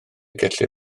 gellir